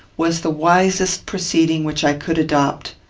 was the wisest proceeding which i could adopt.